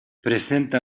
presenta